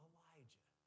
Elijah